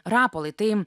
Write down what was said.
rapolai tai